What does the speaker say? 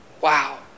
wow